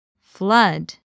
flood